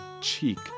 cheek